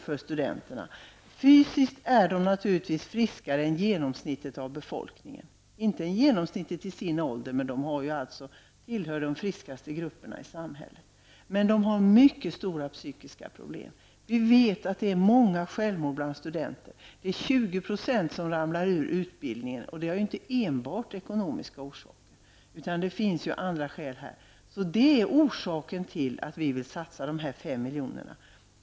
Fysiskt är de friskare än genomsnittsbefolkningen. Det gäller då inte genomsnittet i samma ålder. Men studenterna tillhör i alla fall de friskaste grupperna i samhället. Däremot har studenterna mycket stora psykiska problem. Vi vet att det är många självmord bland studenterna. 20 % av dem fullföljer inte sin utbildning. Orsakerna härtill är inte enbart ekonomiska. Det är mot den bakgrunden som vi vill satsa 5 miljoner här.